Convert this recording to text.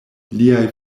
liaj